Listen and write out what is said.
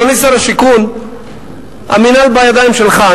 אדוני שר השיכון, המינהל בידיים שלך.